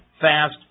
fast